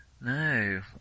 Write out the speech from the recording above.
No